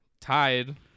Tied